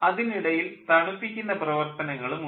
അതിനിടയിൽ തണുപ്പിക്കുന്ന പ്രവർത്തനങ്ങളും ഉണ്ട്